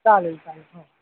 चालेल चालेल हो